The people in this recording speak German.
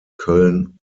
köln